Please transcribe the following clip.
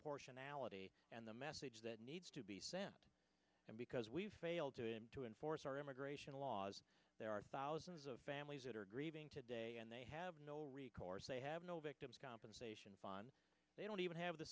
ality and the message that needs to be sent and because we've failed to him to enforce our immigration laws there are thousands of families that are grieving today and they have no recourse they have no victims compensation fund they don't even have the